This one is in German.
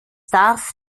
darf